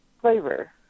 flavor